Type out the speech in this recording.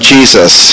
Jesus